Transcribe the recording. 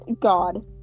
God